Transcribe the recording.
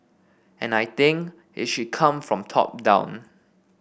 and I think it should come from top down